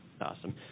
Awesome